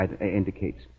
indicates